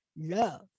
Love